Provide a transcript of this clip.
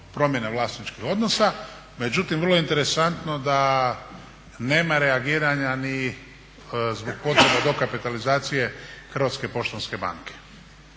promjene vlasničkih odnosa. Međutim vrlo je interesantno da nema reagiranja ni zbog potreba dokapitalizacije Hrvatske poštanske banke,